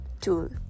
tool